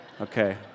Okay